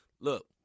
look